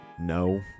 no